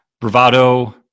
bravado